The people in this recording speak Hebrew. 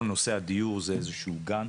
כל נושא הדיור הוא תהליך,